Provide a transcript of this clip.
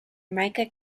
mica